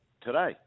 Today